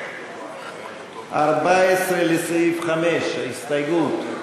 וקבוצת סיעת המחנה הציוני לסעיף 5 לא נתקבלה.